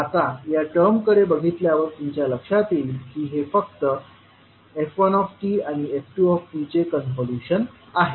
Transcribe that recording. आता या टर्मकडे बघितल्यावर तुमच्या लक्षात येईल की हे फक्त f1t आणि f2t चे कॉन्व्होल्यूशन आहे